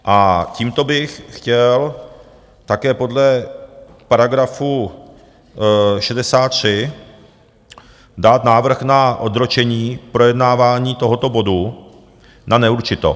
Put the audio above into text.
A tímto bych chtěl také podle § 63 dát návrh na odročení projednávání tohoto bodu na neurčito.